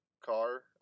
car